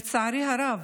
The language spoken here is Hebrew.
לצערי הרב,